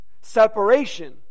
Separation